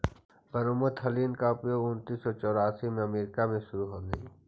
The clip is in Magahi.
ब्रोमेथलीन के उपयोग उन्नीस सौ चौरासी में अमेरिका में शुरु होलई